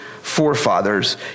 forefathers